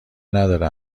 نداره